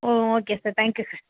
O okay sir thank you sir